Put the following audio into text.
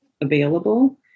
available